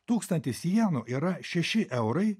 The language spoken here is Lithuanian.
tūkstantis jenų yra šeši eurai